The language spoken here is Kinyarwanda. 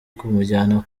kumujyana